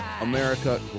America